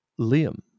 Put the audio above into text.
Liam